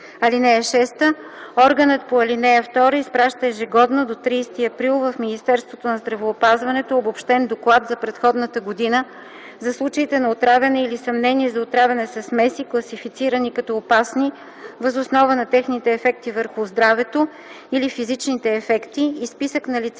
(6) Органът по ал. 2 изпраща ежегодно до 30 април в Министерството на здравеопазването обобщен доклад за предходната година за случаите на отравяне или съмнение за отравяне със смеси, класифицирани като опасни въз основа на техните ефекти върху здравето или физичните ефекти, и списък на лицата,